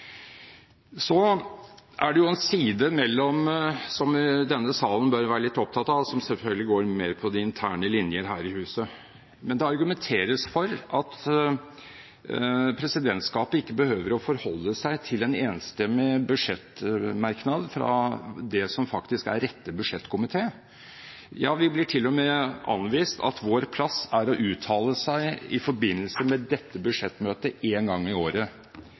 Så er det en side av saken som denne salen bør være litt opptatt av, som selvfølgelig går mer på de interne linjer her i huset. Men det argumenteres for at presidentskapet ikke behøver å forholde seg til en enstemmig budsjettmerknad fra det som faktisk er rette budsjettkomité. Det blir til og med anvist at vi bare skal uttale oss i forbindelse med budsjettmøtet én gang i året.